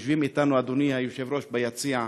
יושבים אתנו, אדוני היושב-ראש, ביציע,